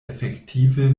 efektive